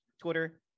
twitter